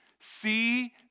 see